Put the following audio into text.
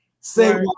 say